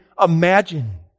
imagine